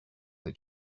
they